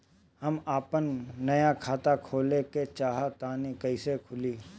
हम आपन नया खाता खोले के चाह तानि कइसे खुलि?